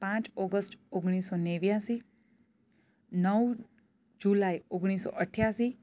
પાંચ ઓગષ્ટ ઓગણીસો નેવ્યાસી નવ જુલાઈ ઓગણીસો અઠ્યાસી